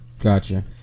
Gotcha